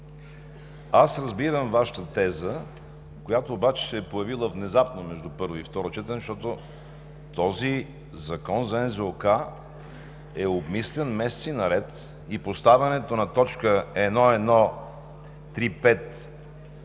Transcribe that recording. Аз разбирам Вашата теза, която обаче се е появила внезапно между първо и второ четене, защото този закон за НЗОК е обмислян месеци наред, и поставянето на т. 1.1.3.5.3